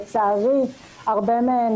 לצערי הרבה מהן,